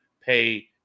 pay